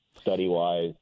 study-wise